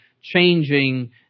changing